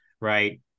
right